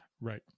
Right